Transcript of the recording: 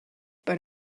but